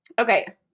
Okay